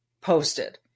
posted